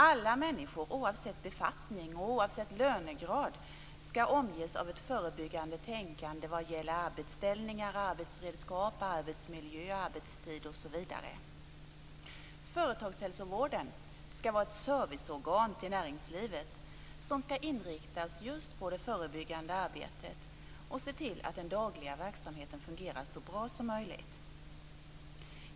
Alla människor, oavsett befattning och lönegrad, ska omges av ett förebyggande tänkande vad gäller arbetsställningar, arbetsredskap, arbetsmiljö, arbetstid osv. Företagshälsovården ska vara ett serviceorgan till näringslivet som ska inriktas just på det förebyggande arbetet och se till att den dagliga verksamheten fungerar så bra som möjligt.